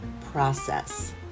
process